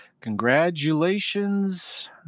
Congratulations